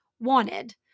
wanted